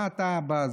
מה אתה בא?